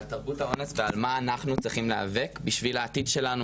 על תרבות האונס ועל מה אנחנו צריכים להיאבק בשביל העתיד שלנו,